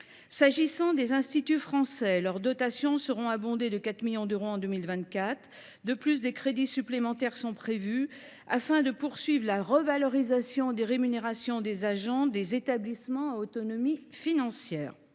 dotations des Instituts français seront abondées de 4 millions d’euros en 2024. De plus, des crédits supplémentaires sont prévus, afin de poursuivre la revalorisation des rémunérations des agents des établissements à autonomie financière.